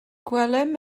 gwelem